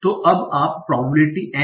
तो जब आप प्रोबेबिलिटी N